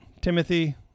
Timothy